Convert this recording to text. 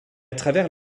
travers